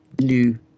new